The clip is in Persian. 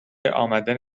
امدن